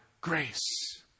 grace